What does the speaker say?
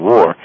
War